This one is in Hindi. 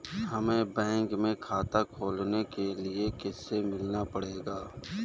हमे बैंक में खाता खोलने के लिए किससे मिलना पड़ेगा?